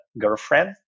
girlfriend